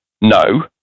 no